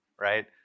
right